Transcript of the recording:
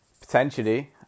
potentially